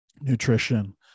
nutrition